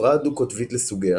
הפרעה דו-קוטבית לסוגיה